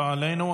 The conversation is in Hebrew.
לא עלינו,